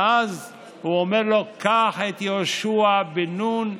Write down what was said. ואז הוא אומר לו: קח את יהושע בן נון,